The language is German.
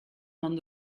man